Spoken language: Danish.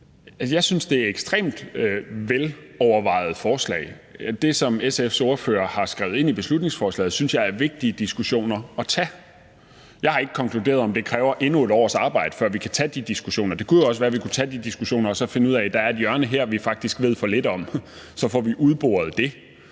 Jeg synes, det er et ekstremt velovervejet forslag, og det, som SF's ordfører har skrevet ind i beslutningsforslaget, synes jeg er vigtige diskussioner at tage. Jeg har ikke konkluderet, om det kræver endnu et års arbejde, før vi kan tage de diskussioner. Det kunne også være, at vi kunne tage de diskussioner og så finde ud af, at der er et hjørne her, vi faktisk ved for lidt om, og så få udboret det.